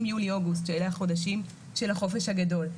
יולי-אוגוסט שאלה החודשים של החופש הגדול,